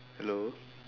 hello